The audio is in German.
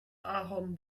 ahorn